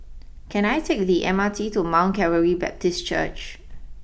can I take the M R T to Mount Calvary Baptist Church